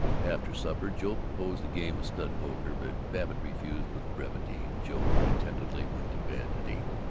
after supper joe proposed a game of stud-poker but babbitt refused with brevity, and joe contentedly went to bed at eight.